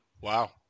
Wow